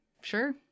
Sure